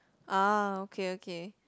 ah okay okay